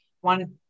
one